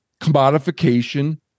commodification